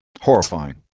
Horrifying